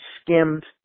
skimmed